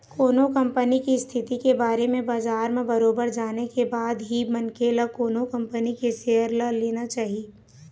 कोनो कंपनी के इस्थिति के बारे म बजार म बरोबर जाने के बाद ही मनखे ल कोनो कंपनी के सेयर ल लेना चाही